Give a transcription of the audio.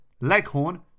Leghorn